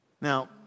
Now